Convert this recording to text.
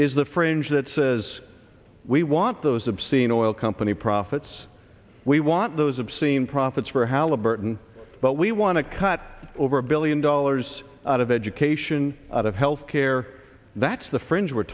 is the fringe that says we want those obscene oil company profits we want those obscene profits for halliburton but we want to cut over a billion dollars out of education out of health care that's the fringe we're